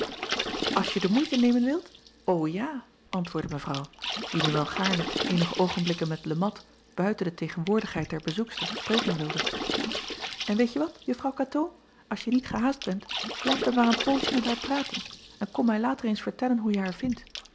ls je de moeite nemen wilt o ja antwoordde evrouw die nu wel gaarne eenige oogenblikken met e at buiten de tegenwoordigheid der bezoekster spreken wilde en weetje wat uffrouw atoo als je niet gehaast bent blijf dan maar een poosje met haar praten en kom mij later eens vertellen hoe je haar vindt